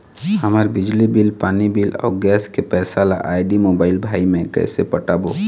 हमर बिजली बिल, पानी बिल, अऊ गैस के पैसा ला आईडी, मोबाइल, भाई मे कइसे पटाबो?